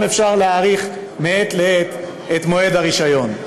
אפשר להאריך מעת לעת את מועד הרישיון.